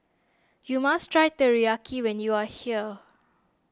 you must try Teriyaki when you are here